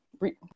re